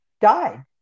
died